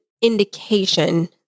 indication